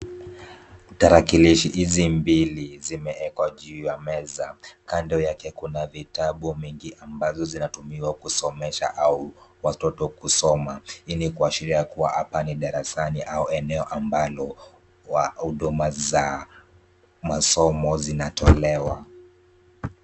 Tarakilishi hizi mbili, zimeekwa juu ya meza. Kando yake kuna vitabu mingi ambao zinatumiwa kusomesha au watoto kusoma. Hii ni kuashiria kuwa hapa ni darasani au eneo ambalo kwa huduma zaa masomo zinatolewa.